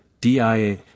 DIA